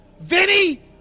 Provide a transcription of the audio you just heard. Vinny